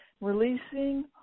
releasing